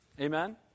Amen